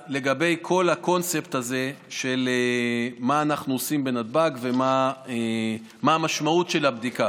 לגבי כל הקונספט הזה של מה אנחנו עושים בנתב"ג ומה המשמעות של הבדיקה.